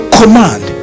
command